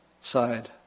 side